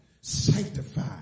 sanctified